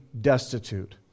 destitute